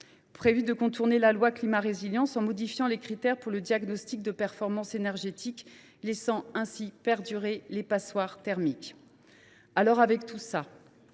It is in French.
prévu de contourner la loi Climat et résilience en modifiant les critères du diagnostic de performance énergétique, laissant ainsi perdurer les passoires thermiques. Alors, avec tout cela,